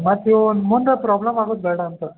ಮತ್ತು ಇವು ಮುಂದೆ ಪ್ರಾಬ್ಲಮ್ ಆಗೋದು ಬೇಡ ಅಂತ